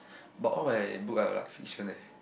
but all my book are like fiction leh